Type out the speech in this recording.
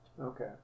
Okay